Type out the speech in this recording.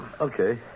Okay